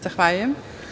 Zahvaljujem.